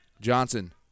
Johnson